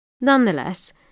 Nonetheless